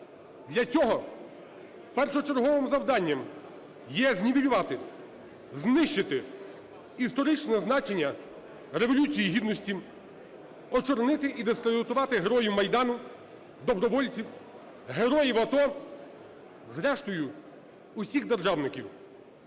Для цього першочерговим завданням є знівелювати, знищити історичне значення Революції Гідності, очорнити і дискредитувати героїв Майдану, добровольців, героїв АТО, зрештою усіх державників.